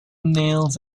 nails